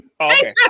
Okay